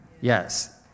Yes